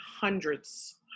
hundreds